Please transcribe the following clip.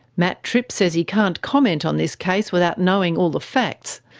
matt tripp says he can't comment on this case without knowing all the facts,